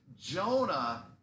Jonah